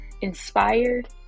inspired